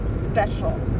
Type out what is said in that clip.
special